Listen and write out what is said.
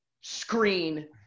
screen